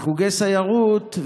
וחוגי סיירות,